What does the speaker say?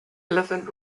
elephant